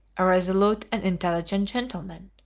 a resolute and intelligent gentleman,